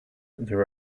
there